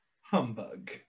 Humbug